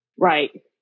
right